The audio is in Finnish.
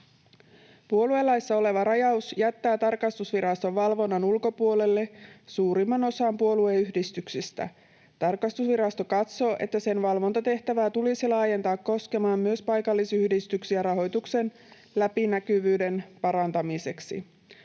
Puoluelaissa oleva rajaus jättää tarkastusviraston valvonnan ulkopuolelle suurimman osan puolueyhdistyksistä. Tarkastusvirasto katsoo, että sen valvontatehtävää tulisi laajentaa koskemaan myös paikallisyhdistyksiä rahoituksen läpinäkyvyyden parantamiseksi.